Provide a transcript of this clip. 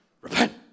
Repent